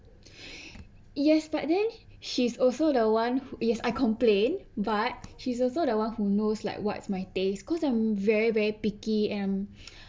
yes but then she's also the one who yes I complain but she's also the one who knows like what's my tastes because I'm very very picky and I'm